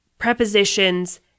prepositions